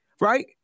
right